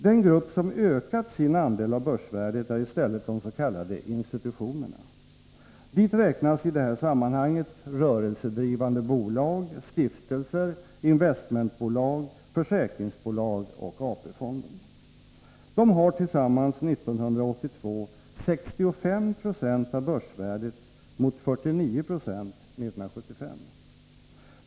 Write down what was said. Den grupp som ökat sin andel av börsvärdet är i stället de s.k. institutionerna. Dit räknas i det här sammanhanget rörelsedrivande bolag, stiftelser, investmentbolag, försäkringsbolag och AP-fonden. De hade 1982 tillsammans 65 96 av börsvärdet mot 49 96 1975.